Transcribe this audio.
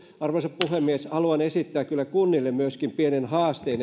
arvoisa puhemies haluan kyllä esittää kunnille pienen haasteen